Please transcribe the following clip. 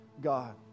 God